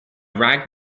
rag